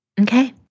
Okay